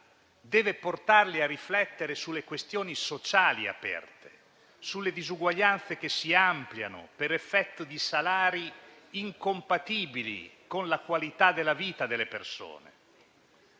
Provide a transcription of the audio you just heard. deve portarli a riflettere sulle questioni sociali aperte, sulle disuguaglianze che si ampliano per effetto di salari incompatibili con la qualità della vita delle persone.